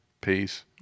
Peace